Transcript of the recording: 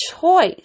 choice